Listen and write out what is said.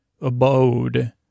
abode